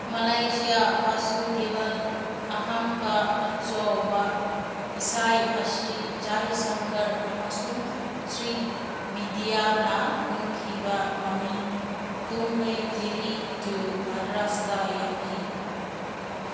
Malaysia Vasudevan ꯑꯍꯥꯟꯕ ꯑꯆꯧꯕ ꯏꯁꯩ ꯑꯁꯤ ꯖꯩꯁꯪꯀꯔ ꯑꯃꯁꯨꯡ ꯁ꯭ꯔꯤ ꯕꯤꯗ꯭ꯌꯥꯅ ꯀꯨꯝꯈꯤꯕ ꯃꯃꯤꯡ ꯀꯨꯝꯍꯩ ꯗꯤꯜꯂꯤ ꯇꯨ ꯃꯥꯗ꯭ꯔꯥꯁꯇ ꯌꯥꯎꯈꯤ